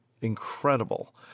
incredible